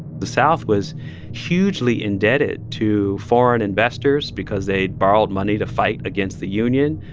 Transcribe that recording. the south was hugely indebted to foreign investors because they'd borrowed money to fight against the union.